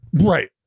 Right